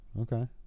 okay